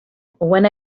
when